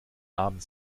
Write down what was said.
abend